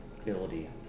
ability